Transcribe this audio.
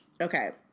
Okay